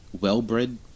well-bred